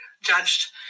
judged